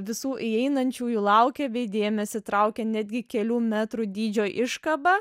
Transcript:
visų įeinančiųjų laukė bei dėmesį traukė netgi kelių metrų dydžio iškaba